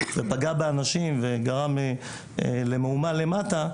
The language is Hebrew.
זה פגע באנשים וגרם למהומה למטה,